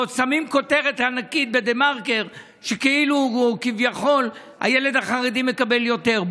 ועוד שמים כותרת ענקית בדה-מרקר שכביכול הילד החרדי מקבל יותר.